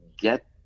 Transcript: get